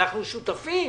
אנחנו שותפים.